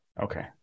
Okay